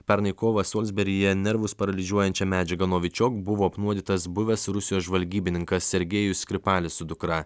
pernai kovą solsberyje nervus paralyžiuojančia medžiaga novičiok buvo apnuodytas buvęs rusijos žvalgybininkas sergejus skripalis su dukra